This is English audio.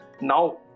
Now